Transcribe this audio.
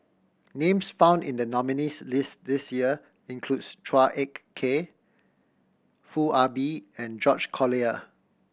names found in the nominees' list this year include Chua Ek Kay Foo Ah Bee and George Collyer